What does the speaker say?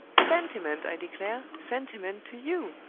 sentiment, i declare! sentiment to you!